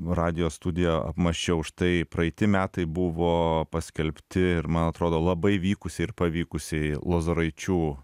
radijo studiją apmąsčiau štai praeiti metai buvo paskelbti ir man atrodo labai vykusiai ir pavykusiai lozoraičių